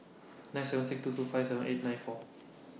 nine seven six two two five seven eight nine four